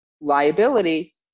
liability